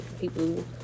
people